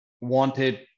wanted